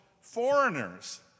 foreigners